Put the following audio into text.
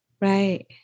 Right